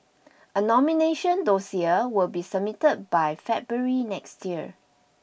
a nomination dossier will be submitted by February next year